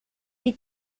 die